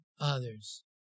others